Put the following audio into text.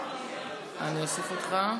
אני אוסיף אותך.